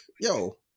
yo